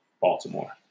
Baltimore